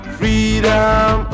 freedom